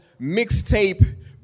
mixtape